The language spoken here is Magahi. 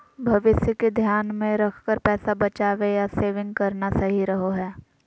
भविष्य के ध्यान मे रखकर पैसा बचावे या सेविंग करना सही रहो हय